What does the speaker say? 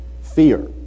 Fear